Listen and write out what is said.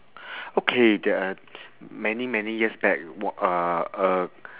okay the uh many many years back uh uh